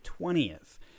20th